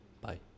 Bye